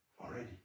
already